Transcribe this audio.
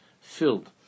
filled